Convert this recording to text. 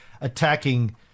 attacking